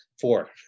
four